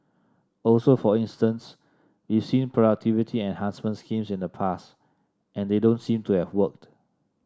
also for instance we've seen productivity enhancement schemes in the past and they don't seem to have worked